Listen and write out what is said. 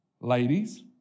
ladies